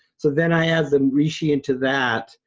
so then i add the reishi into that.